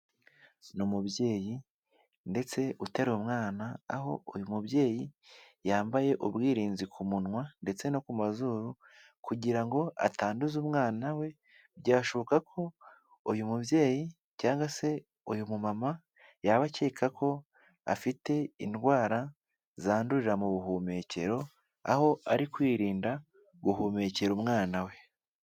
Ni umubyeyi ndetse uteruye umwana aho uyu mubyeyi yambaye ubwirinzi ku munwa ndetse no ku mazuru kugira ngo atanduza umwana we, byashoboka ko uyu mubyeyi cyangwa se uyu mumama yaba akeka ko afite indwara zandurira mu buhumekero aho ari kwirinda guhumekera umwana we.